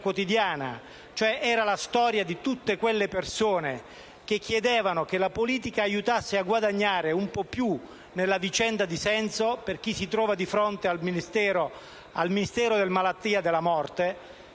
quotidiana, era cioè la storia di tutte quelle persone che chiedevano che la politica aiutasse a guadagnare un po' più di senso alla vicenda di chi si trova di fronte al mistero della malattia e della morte,